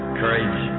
courage